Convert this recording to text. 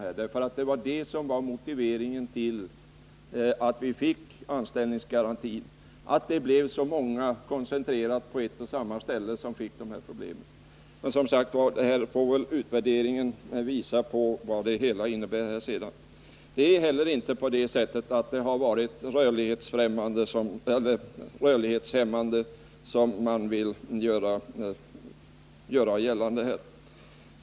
När vi fick anställningsgaranti var motiveringen att så många människor som fick de här sysselsättningsproblemen var koncentrerade på ett och samma ställe. Men, som sagt, utvärderingen får väl sedan visa vad det hela innebär. Det är inte så att denna verksamhet varit rörlighetshämmande, som man här velat göra gällande.